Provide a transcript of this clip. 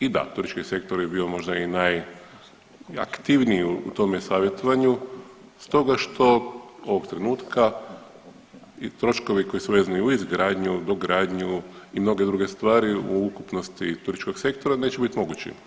I da turistički sektor je bio možda i najaktivniji u tom e-savjetovanju stoga što ovog trenutka i troškovi koji su vezani uz izgradnju, dogradnju i mnoge druge stvari u ukupnosti turističkog sektora neće biti mogući.